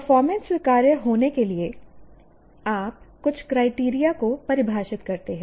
performance स्वीकार्य होने के लिए आप कुछ क्राइटेरिया को परिभाषित करते हैं